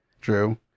True